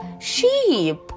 sheep